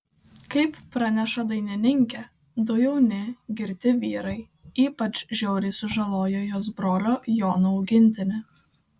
kaip praneša dainininkė du jauni girti vyrai ypač žiauriai sužalojo jos brolio jono augintinį